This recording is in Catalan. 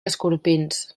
escorpins